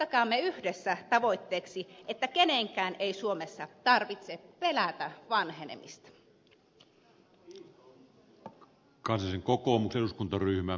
ottakaamme yhdessä tavoitteeksi että kenenkään ei suomessa tarvitse pelätä vanhenemista